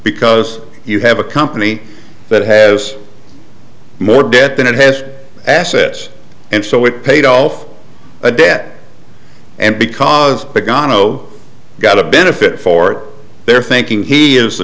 because you have a company that has more debt than it has assets and so it paid off a debt and because the gano got a benefit for their thinking he is the